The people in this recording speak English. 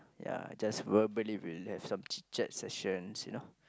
ya just everybody we'll have some chit chat sessions you know